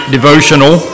Devotional